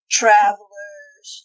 travelers